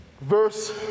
verse